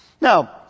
Now